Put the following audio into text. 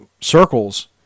circles